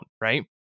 right